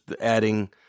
adding